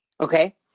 Okay